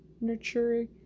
nurturing